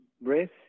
breath